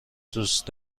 دوست